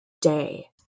day